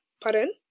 Pardon